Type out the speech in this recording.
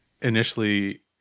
initially